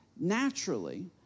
naturally